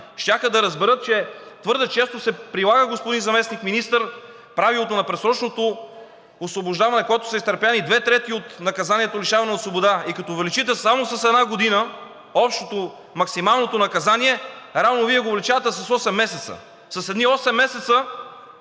щяха да разберат, че твърде често се прилага, господин заместник-министър, правилото на предсрочното освобождаване, когато са изтърпени две трети от наказанието „лишаване от свобода“ и като увеличите само с една година общото, максималното наказание, реално Вие го увеличавате с осем месеца. С едни осем месеца